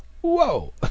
Whoa